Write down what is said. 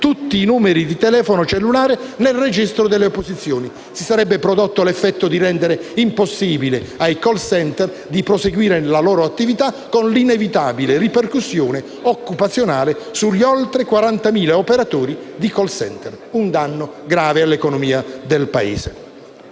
tutti i numeri di telefono cellulare nel registro delle opposizioni. Si sarebbe così prodotto l'effetto di rendere impossibile per i *call center* la prosecuzione della loro attività, con un'inevitabile ripercussione occupazionale sugli oltre 40.000 operatori del settore, un danno grave all'economia del Paese.